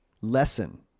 lesson